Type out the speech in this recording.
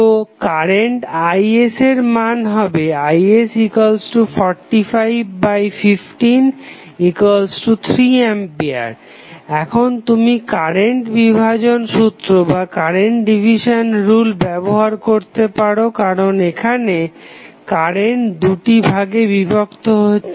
তো current Is এর মান হবে Is45153A এখন তুমি কারেন্ট বিভাজন সূত্র ব্যবহার করতে পারো কারণ এখানে কারেন্ট দুটি ভাগে বিভক্ত হচ্ছে